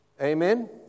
Amen